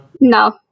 No